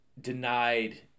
denied